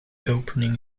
opening